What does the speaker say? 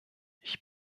ich